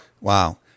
Wow